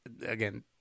again